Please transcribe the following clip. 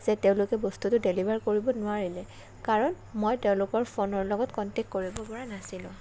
যে তেওঁলোকে বস্তুটো ডেলিভাৰ কৰিব নোৱাৰিলে কাৰণ মই তেওঁলোকৰ ফোনৰ লগত কণ্টেক কৰিব পৰা নাছিলোঁ